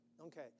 Okay